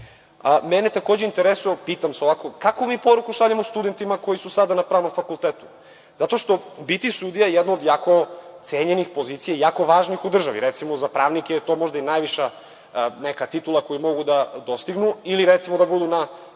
6,08.Mene takođe interesuje, pitam se, kakvu mi poruku šaljemo studentima koji su sada na pravnom fakultetu zato što biti sudija je jedno od jako cenjenih pozicija i jako važnih u državi. Recimo, za pravnike je to možda i najviša neka titula koju mogu da dostignu ili recimo da bude na pravnom